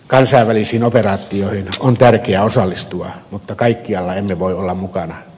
kansainvälisiin operaatioihin on tärkeää osallistua mutta kaikkialla emme voi olla mukana